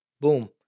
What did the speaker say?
boom